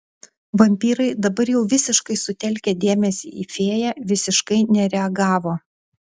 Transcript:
vampyrai dabar jau visiškai sutelkę dėmesį į fėją visiškai nereagavo